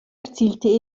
erzielte